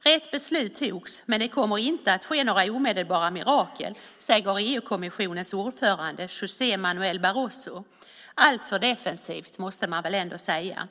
Rätt beslut togs, men det kommer inte att ske några omedelbara mirakel, säger EU-kommissionens ordförande José Manuel Barroso. Alltför defensivt, måste man väl ändå säga.